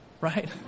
right